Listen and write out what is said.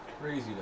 crazy